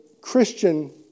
Christian